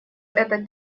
этот